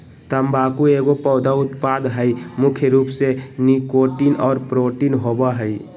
तम्बाकू एगो पौधा उत्पाद हइ मुख्य रूप से निकोटीन और प्रोटीन होबो हइ